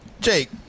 Jake